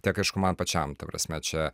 tiek aišku man pačiam ta prasme čia